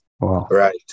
Right